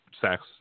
sex